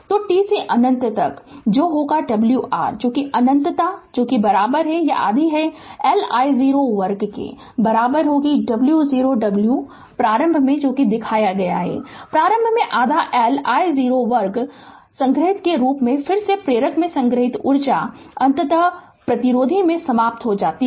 तो t से अंनत तक जो होगा ω R अनन्ता जो बराबर है आधे L I0 वर्ग ω 0 ω प्रारंभ में भी दिखाया है प्रारंभ में आधा L I0 वर्ग संग्रहीत के रूप में फिर से प्रेरक में संग्रहीत ऊर्जा अंततः प्रतिरोधी में समाप्त हो जाती है